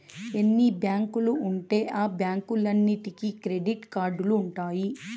ఎన్ని బ్యాంకులు ఉంటే ఆ బ్యాంకులన్నీటికి క్రెడిట్ కార్డులు ఉంటాయి